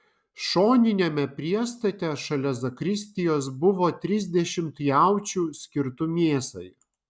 šoniniame priestate šalia zakristijos buvo trisdešimt jaučių skirtų mėsai